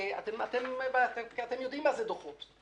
ואתם יודעים מה זה דוחות.